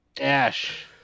Ash